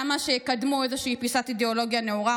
למה שידאגו לזכות לביטחון ברחובות בתקופה